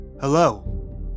Hello